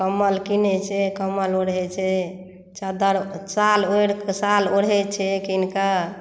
कम्बल किनै छै कम्बल ओढ़ै छै चदरि साल ओढ़िकऽ साल ओढ़ै छै किनकऽ